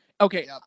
Okay